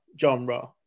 genre